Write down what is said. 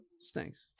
stinks